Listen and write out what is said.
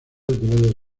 debe